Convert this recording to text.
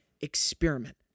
experiment